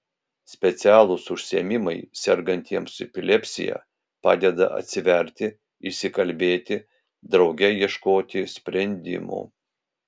specialūs užsiėmimai sergantiems epilepsija padeda atsiverti išsikalbėti drauge ieškoti sprendimų